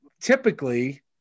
typically